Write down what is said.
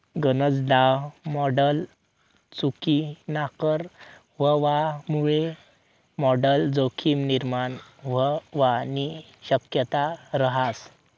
गनज दाव मॉडल चुकीनाकर व्हवामुये मॉडल जोखीम निर्माण व्हवानी शक्यता रहास